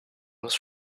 was